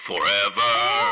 Forever